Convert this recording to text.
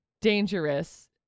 dangerous